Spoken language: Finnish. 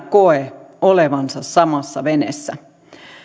koe olevansa samassa veneessä